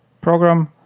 program